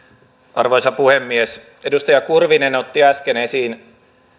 arvoisa puhemies edustaja kurvinen otti äsken esiin